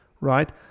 right